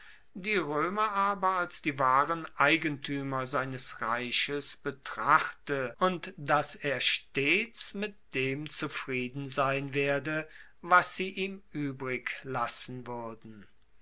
die roemer aber als die wahren eigentuemer seines reiches betrachte und dass er stets mit dem zufrieden sein werde was sie ihm uebrig lassen wuerden